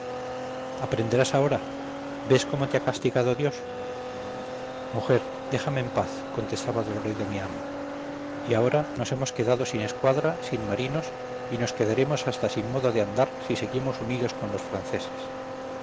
aprenderás ahora ves cómo te ha castigado dios mujer déjame en paz contestaba dolorido mi amo y ahora nos hemos quedado sin escuadra sin marinos y nos quedaremos hasta sin modo de andar si seguimos unidos con los franceses